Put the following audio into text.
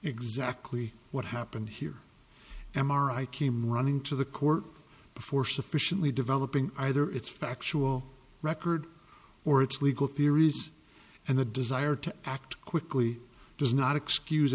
exactly what happened here m r i came running to the court before sufficiently developing either its factual record or its legal theories and the desire to act quickly does not excuse